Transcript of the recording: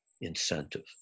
incentive